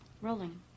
Rolling